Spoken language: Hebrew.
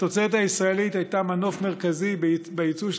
התוצרת הישראלית הייתה מנוף מרכזי ביצוא של